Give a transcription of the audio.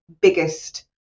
biggest